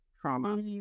trauma